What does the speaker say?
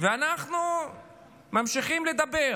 ואנחנו ממשיכים לדבר,